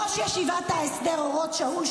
ראש ישיבת ההסדר אורות שאול,